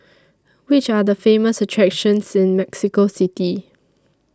Which Are The Famous attractions in Mexico City